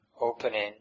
opening